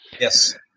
Yes